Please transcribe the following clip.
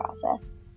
process